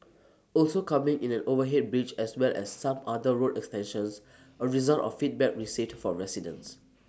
also coming in an overhead bridge as well as some other road extensions A result of feedback received from residents